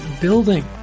building